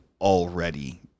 already